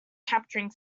capturing